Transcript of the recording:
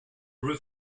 roof